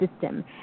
system